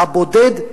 הבודד,